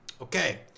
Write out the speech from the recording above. Okay